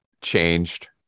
changed